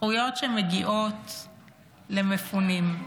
זכויות שמגיעות למפונים.